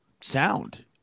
sound